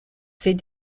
ses